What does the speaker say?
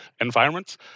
environments